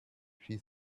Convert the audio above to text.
she